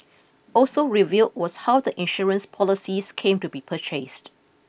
also revealed was how the insurance policies came to be purchased